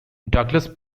douglas